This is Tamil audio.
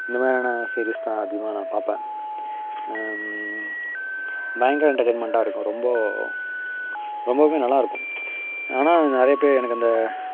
இந்த மாதிரியான சீரீஸ் தான் அதிகமாக நான் பார்ப்பேன் பயங்கரம் என்டர்டைன்மென்டாக இருக்கும் ரொம்ப ரொம்பவும் நல்லா இருக்கும் ஆனால் நிறைய பேர் எனக்கு அந்த